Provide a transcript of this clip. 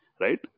Right